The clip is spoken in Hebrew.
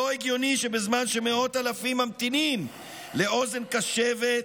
לא הגיוני שבזמן שמאות אלפים ממתינים לאוזן קשבת,